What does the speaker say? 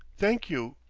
thank you,